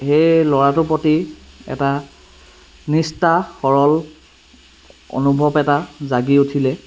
সেই ল'ৰাটোৰ প্ৰতি এটা নিষ্ঠা সৰল অনুভৱ এটা জাগি উঠিলে